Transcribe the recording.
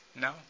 No